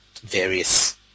various